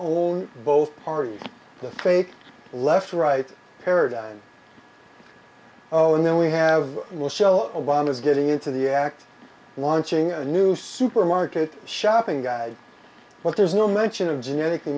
old both parties the fake left right paradigm oh and then we have will show obama is getting into the act launching a new supermarket shopping guide well there's no mention of genetically